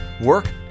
work